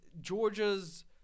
Georgia's